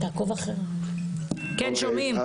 אוקיי.